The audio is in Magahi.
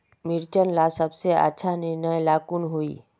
मिर्चन ला सबसे अच्छा निर्णय ला कुन होई?